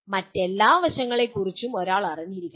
മറ്റെല്ലാ വശങ്ങളെക്കുറിച്ചും ഒരാൾ അറിഞ്ഞിരിക്കണം